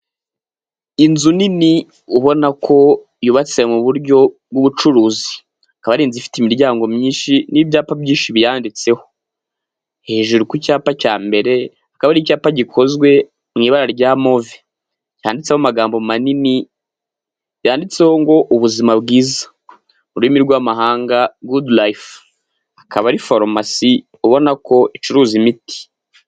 Inzu nini ubona ko yubatse mu buryo bw'ubucuruzi, akaba ari inzu ifite imiryango myinshi n'ibyapa byinshi biyanditseho, hejuru ku cyapa cya mbere hakaba icyapa gikozwe mu ibara rya move cyanditseho amagambo manini yanditseho ngo ubuzima bwiza, mu ururimi rw'amahanga guduliyifu, akaba ari farumasi ubona ko icuruza imiti.